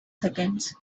seconds